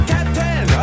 Captain